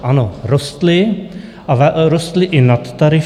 Ano, rostly, a rostly i nadtarify.